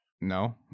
No